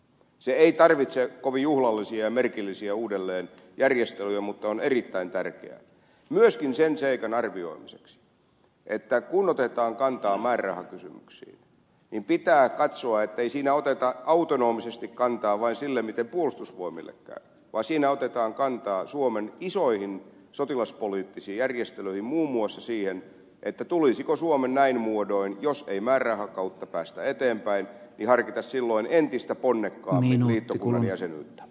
se ei tarvitse kovin juhlallisia ja merkillisiä uudelleenjärjestelyjä mutta on erittäin tärkeää myöskin sen seikan arvioimiseksi että kun otetaan kantaa määrärahakysymyksiin pitää katsoa ettei siinä oteta autonomisesti kantaa vain siihen miten puolustusvoimille käy vaan siinä otetaan kantaa suomen isoihin sotilaspoliittisiin järjestelyihin muun muassa siihen tulisiko suomen näin muodoin jos ei määrärahan kautta päästä eteenpäin harkita silloin entistä ponnekkaammin liittokunnan jäsenyyttä